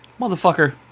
Motherfucker